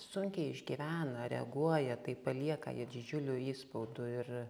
sunkiai išgyvena reaguoja tai palieka jie didžiulių įspaudų ir